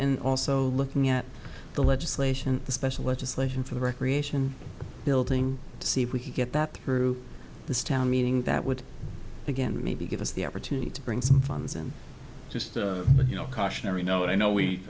and also looking at the legislation the special legislation for the recreation building to see if we can get that through this town meeting that would again maybe give us the opportunity to bring some funds and just you know cautionary note i know we